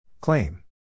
Claim